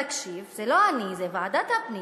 תקשיב, זה לא אני, זה ועדת הפנים,